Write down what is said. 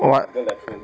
what